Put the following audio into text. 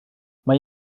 mae